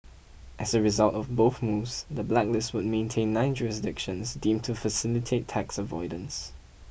as a result of both moves the blacklist would maintain nine jurisdictions deemed to facilitate tax avoidance